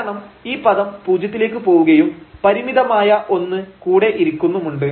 കാരണം ഈ പദം പൂജ്യത്തിലേക്ക് പോവുകയും പരിമിതമായ ഒന്ന് കൂടെ ഇരിക്കുന്നുമുണ്ട്